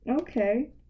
Okay